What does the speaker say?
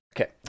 okay